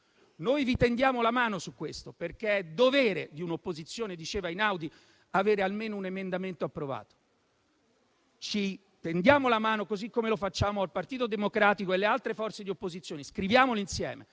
Noi vi tendiamo la mano su questo perché è dovere di un'opposizione, come diceva Einaudi, avere almeno un emendamento approvato. Tendiamo la mano, così come lo facciamo al Partito Democratico e alle altre forze di opposizione, scriviamolo insieme,